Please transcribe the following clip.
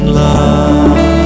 love